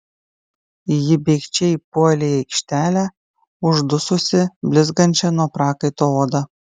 ji bėgčia įpuolė į aikštelę uždususi blizgančia nuo prakaito oda